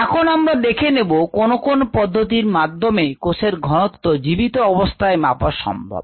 এখন আমরা দেখে নেব কোন কোন পদ্ধতির মাধ্যমে কোষের ঘনত্ব জীবিত অবস্থায় মাপা সম্ভব